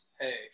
Hey